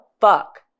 fuck